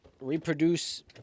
reproduce